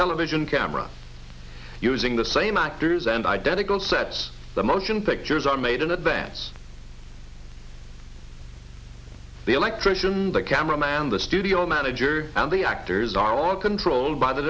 television camera using the same actors and identical sets the motion pictures are made in advance the electrician the camera man the studio manager and the actors are all controlled by the